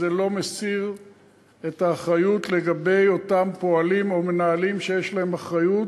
זה לא מסיר את האחריות לגבי אותם פועלים או מנהלים שיש להם אחריות.